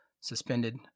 suspended